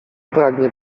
pragnie